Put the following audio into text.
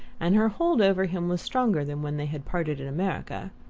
and her hold over him was stronger than when they had parted in america.